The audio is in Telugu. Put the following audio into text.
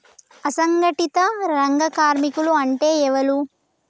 అసంఘటిత రంగ కార్మికులు అంటే ఎవలూ?